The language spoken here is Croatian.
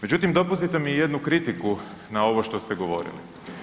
Međutim, dopustite mi jednu kritiku na ovo što ste govorili.